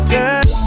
Girl